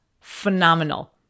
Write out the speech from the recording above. phenomenal